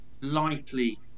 lightly